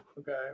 Okay